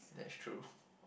that's true